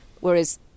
Whereas